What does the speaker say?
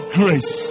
grace